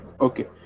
okay